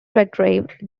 redgrave